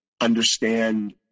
understand